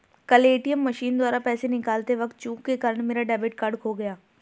कल ATM machine द्वारा पैसे निकालते वक़्त चूक के कारण मेरा डेबिट कार्ड खो गया